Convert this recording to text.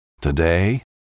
Today